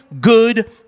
good